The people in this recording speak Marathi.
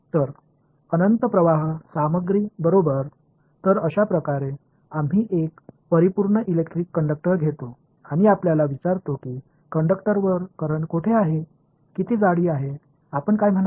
तर अनंत वाहक सामग्री बरोबर तर अशा प्रकारे आम्ही एक परिपूर्ण इलेक्ट्रिक कंडक्टर घेतो आणि आपल्याला विचारतो की कंडक्टरवर करंट कोठे आहे किती जाडी आहे आपण काय म्हणाल